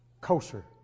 kosher